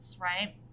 right